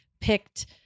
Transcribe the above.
picked